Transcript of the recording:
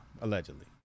allegedly